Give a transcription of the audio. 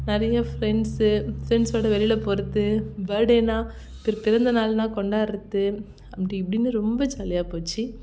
நிறையா ஃப்ரெண்ட்ஸு ஃப்ரெண்ட்ஸோட வெளியில போகிறது பேர்த்டேன்னால் பிறந்தநாள்னால் கொண்டாடுறது அப்படி இப்படின்னு ரொம்ப ஜாலியாக போச்சு